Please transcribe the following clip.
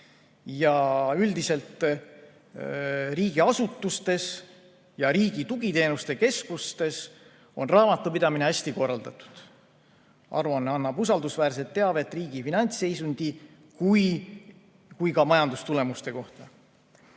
Üldiselt on riigiasutustes ja Riigi Tugiteenuste Keskuses raamatupidamine hästi korraldatud. Aruanne annab usaldusväärset teavet nii riigi finantsseisundi kui ka majandustulemuste kohta.